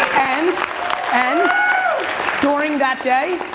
and and during that day,